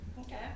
Okay